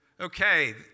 Okay